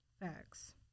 Facts